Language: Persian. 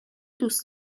دوست